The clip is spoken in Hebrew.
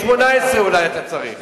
B18, B12, B18 אולי אתה צריך.